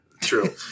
True